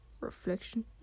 reflection